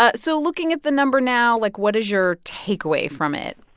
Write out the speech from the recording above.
ah so looking at the number now, like, what is your takeaway from it?